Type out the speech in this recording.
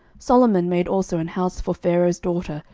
solomon made also an house for pharaoh's daughter,